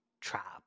trap